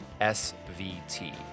SVT